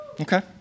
Okay